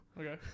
Okay